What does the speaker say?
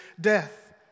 death